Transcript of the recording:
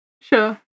Sure